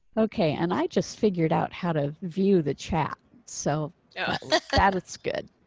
okay. and i just figured out how to view the chat so yeah like that's good.